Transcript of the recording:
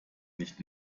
nicht